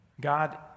God